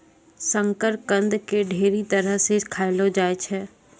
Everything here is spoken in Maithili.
शकरकंद के ढेरी तरह से खयलो जाय छै